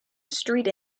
street